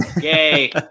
Yay